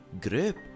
grip